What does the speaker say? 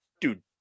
dude